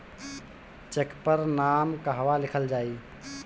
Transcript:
Check पर नाम कहवा लिखल जाइ?